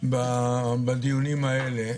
בדיונים הללו.